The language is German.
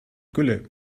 gülle